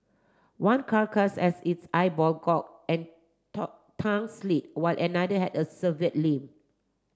one carcass has its eyeball gorge and tongue slit while another had a severe limb